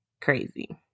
crazy